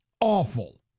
Awful